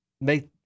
make